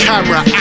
Camera